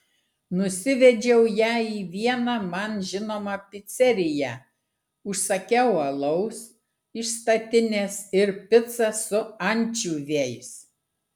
nusivedžiau ją į vieną man žinomą piceriją užsakiau alaus iš statinės ir picą su ančiuviais